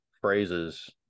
phrases